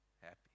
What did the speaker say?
happy